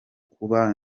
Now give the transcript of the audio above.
kuba